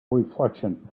reflection